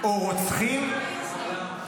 או "רוצחים".